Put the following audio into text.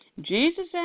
Jesus